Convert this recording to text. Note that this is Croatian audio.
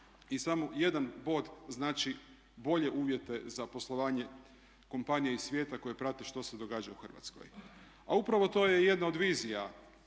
i samo jedan bod znači bolje uvjete za poslovanje kompanije i svijeta koje prate što se događa u Hrvatskoj. A upravo to je i jedna od vizija